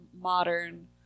modern